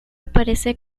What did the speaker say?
parece